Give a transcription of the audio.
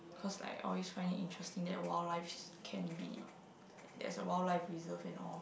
cause I always find it interesting that wild lives can be there's a wild life reserve and all